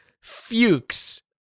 Fuchs